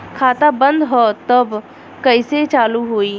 खाता बंद ह तब कईसे चालू होई?